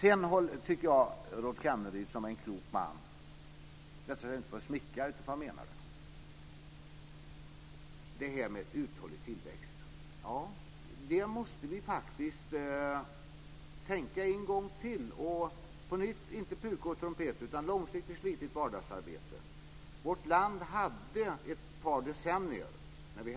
Jag håller Rolf Kenneryd som en klok man, och det säger jag inte för att smickra, utan för att jag menar det. Han talade om uthållig tillväxt. Här måste vi tänka en gång till - inga pukor och trumpeter utan långsiktigt slitigt vardagsarbete. Vårt land hade en uthållig tillväxt under ett par decennier - det